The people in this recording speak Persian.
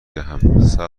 دهم